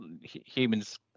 humans